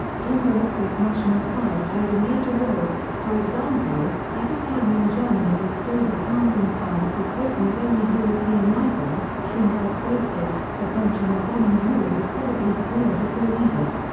jingoistic national pride played a major role for example, at a time when germany was still disarmed and france was britain's only european rival, trenchard boasted, the french in a bombing duel would probably squeal before we did.